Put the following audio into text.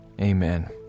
amen